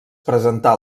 presentà